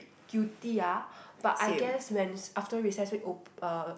guilty ah but I guess when after recess week op~ uh